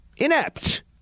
inept